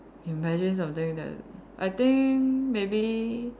imagine something that I think maybe